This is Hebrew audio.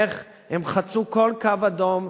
איך הם חצו כל קו אדום,